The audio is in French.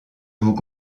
vous